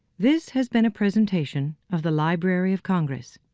this has been a presentation of the library of congress.